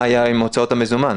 מה היה עם הוצאות המזומן?